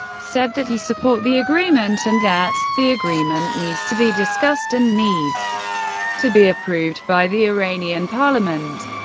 said that he support the agreement and that the agreement needs to be discussed and needs to be approved by the iranian parliament.